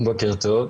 בוקר טוב.